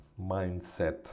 mindset